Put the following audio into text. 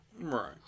Right